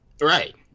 Right